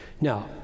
now